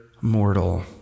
mortal